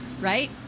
right